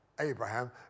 Abraham